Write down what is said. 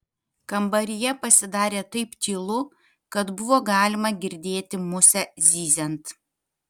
kambaryje pasidarė taip tylu kad buvo galima girdėti musę zyziant